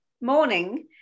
morning